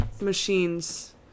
machines